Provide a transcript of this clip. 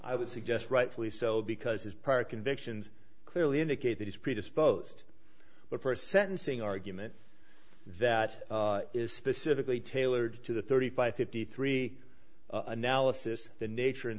i would suggest rightfully so because his part convictions clearly indicate that is predisposed but for a sentencing argument that is specifically tailored to the thirty five fifty three analysis the nature and